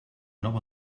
nova